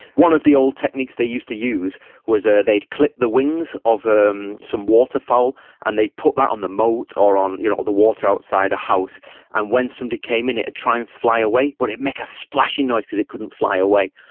one of the old techniques they used to use was ah they'd clip the wings of um some waterfowl and they'd put that on the moat or on you know the water outside a house and when somebody came in, it'd try and fly away, but it'd make a splashing noise because it couldn't fly away.